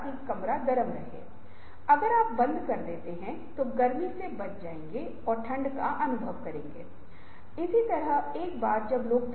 और रचनात्मकता के लिए कुछ बाधाएं हैं क्योंकि अगर लोग वहां हैं